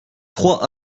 trois